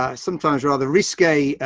ah sometimes rather risque, ah,